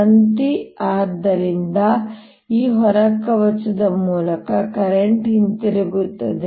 ತಂತಿ ಆದ್ದರಿಂದ ಈ ಹೊರ ಕವಚದ ಮೂಲಕ ಕರೆಂಟ್ ಹಿಂತಿರುಗುತ್ತದೆ